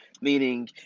meaning